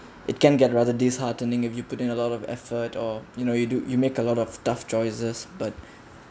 it can get rather disheartening if you put in a lot of effort or you know you do you make a lot of tough choices but